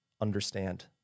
understand